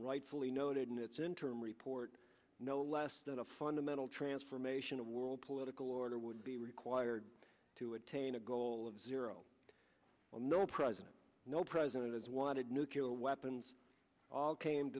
rightfully noted in its interim report no less than a fundamental transformation of the world political order would be required to attain a goal of zero no president no president has wanted nuclear weapons all came